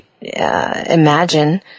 imagine